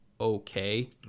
Okay